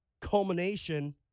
culmination